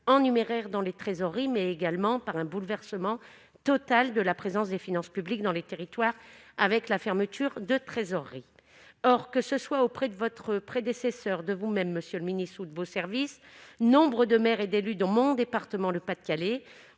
en numéraire dans les trésoreries, mais également par un bouleversement total de la présence des finances publiques dans les territoires avec la fermeture de trésorerie, or, que ce soit auprès de votre prédécesseur de vous-même, monsieur le ministre, ou de vos services, nombre de maires et d'élus de mon département, le Pas-de-Calais,